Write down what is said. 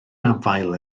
afael